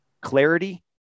clarity